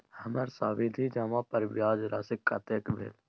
हमर सावधि जमा पर ब्याज राशि कतेक भेल?